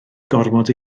gormod